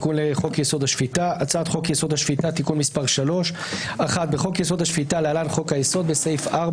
בחוק-יסוד: השפיטה (להלן חוק היסוד), בסעיף 4